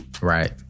Right